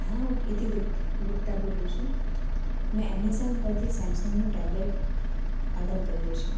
હું પ્રીતિ ગુપ્ત ગુપ્તા બોલું છું મેં એમેઝૉન પરથી સેમસંગનું ટેબલેટ ઓર્ડર કર્યો છે